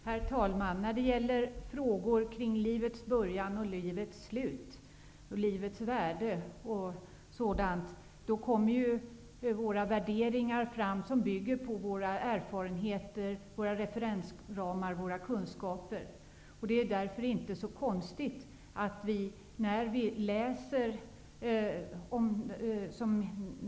Herr talman! När det gäller frågor kring livets början och livets slut, frågor kring livets värde och andra liknande frågor, kommer våra värderingar fram. Dessa värderingar bygger på våra erfarenheter, våra referensramar och våra kunskaper. Det är därför inte så konstigt om man lägger in annnat i det man läser.